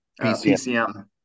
PCM